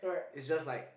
is just like